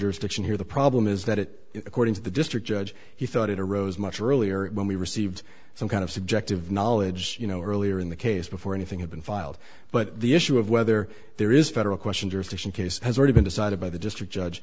jurisdiction here the problem is that according to the district judge he thought it arose much earlier when we received some kind of subjective knowledge you know earlier in the case before anything had been filed but the issue of whether there is federal question jurisdiction case has already been decided by the district